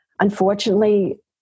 unfortunately